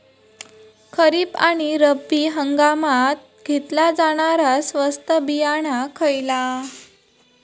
खरीप आणि रब्बी हंगामात घेतला जाणारा स्वस्त बियाणा खयला?